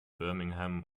birmingham